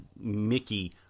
Mickey